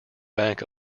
bank